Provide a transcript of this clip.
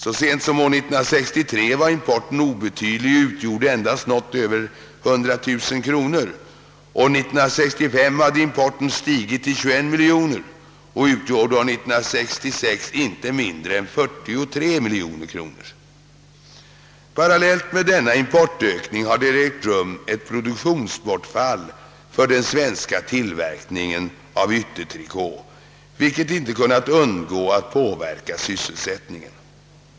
Så sent som år 1963 var importen obetydlig och utgjorde endast något över 100 000 kr. år 1965 hade importen stigit till 21 miljoner och utgjorde år 1966 inte mindre än 43 miljoner kronor. Parallellt med denna importökning har det ägt rum ett produktionsbortfall för den svenska tillverkningen av yttertrikå, vilket inte kunnat undgå att påverka sysselsättningen.